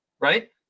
right